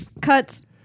cuts